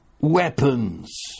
weapons